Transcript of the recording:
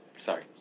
Sorry